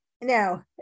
Now